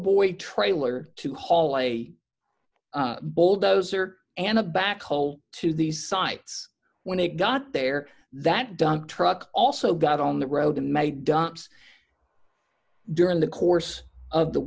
boy trailer to haul a bulldozer and a backhoe to these sites when they got there that dump truck also got on the road and made dumps during the course of the